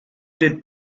did